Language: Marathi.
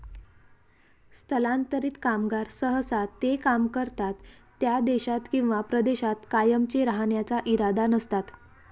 स्थलांतरित कामगार सहसा ते काम करतात त्या देशात किंवा प्रदेशात कायमचे राहण्याचा इरादा नसतात